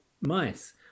mice